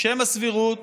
בשם הסבירות